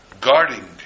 guarding